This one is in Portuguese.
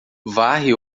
varre